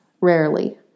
Rarely